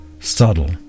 Subtle